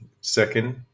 second